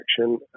action